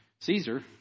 Caesar